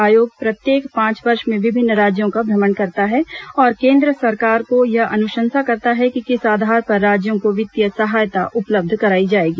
आयोग प्रत्येक पांच वर्ष में विभिन्न राज्यों का भ्रमण करता है और केन्द्र सरकार को यह अनुशंसा करता है कि किस आधार पर राज्यों को वित्तीय सहायता उपलब्ध कराई जाएगी